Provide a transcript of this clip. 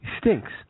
Stinks